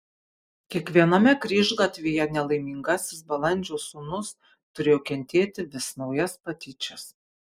kiekviename kryžgatvyje nelaimingasis balandžio sūnus turėjo kentėti vis naujas patyčias